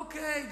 אוקיי,